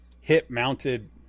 hip-mounted